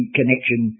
connection